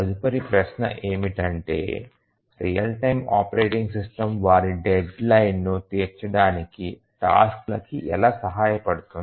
తదుపరి ప్రశ్న ఏమిటంటే రియల్ టైమ్ ఆపరేటింగ్ సిస్టమ్ వారి డెడ్ లైన్ ను తీర్చడానికి టాస్క్ల కి ఎలా సహాయపడుతుంది